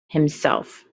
himself